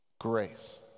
grace